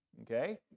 okay